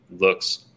looks